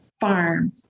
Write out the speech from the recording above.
farm